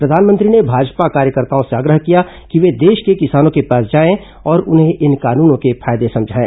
प्रधानमंत्री ने भाजपा कार्यकर्ताओं से आग्रह किया कि वे देश के किसानों के पास जाएं और उन्हें इन कानूनों के फायदे समझाएं